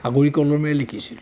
আগৰি কলমেৰে লিখিছিলোঁ